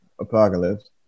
Apocalypse